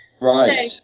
Right